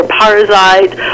parasites